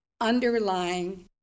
underlying